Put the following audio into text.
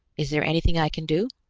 is there anything i can do?